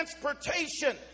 transportation